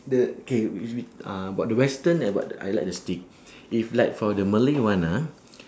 the K we we ah got the western I got the I like the steak if like for the malay one ah